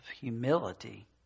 humility